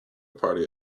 party